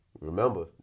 remember